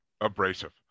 Abrasive